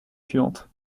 suivante